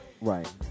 right